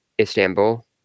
Istanbul